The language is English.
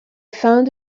found